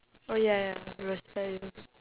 oh ya ya respect you